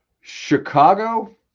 Chicago